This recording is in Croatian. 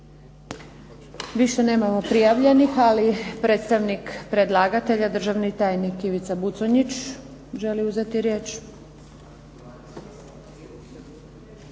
Više nemamo prijavljenih. Ali predstavnik predlagatelja, državni tajnik Ivica Buconjić želi uzeti riječ.